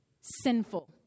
sinful